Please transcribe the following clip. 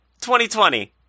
2020